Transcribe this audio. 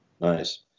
Nice